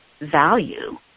value